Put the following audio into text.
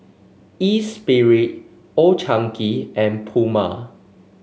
Espirit Old Chang Kee and Puma